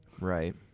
right